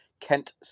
Kent